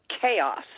chaos